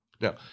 Now